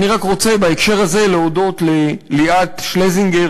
אני רק רוצה בהקשר הזה להודות לליאת שלזינגר,